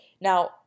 now